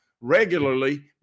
regularly